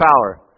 power